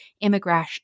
immigration